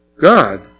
God